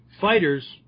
Fighters